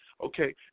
okay